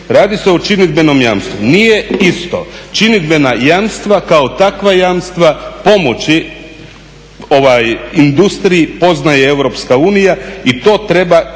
Radi se o činidbenom jamstvu. Nije isto, činidbena jamstva kao takva jamstva pomoći industriji poznaje EU i to treba osigurati.